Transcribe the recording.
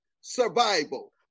survival